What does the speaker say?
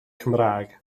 cymraeg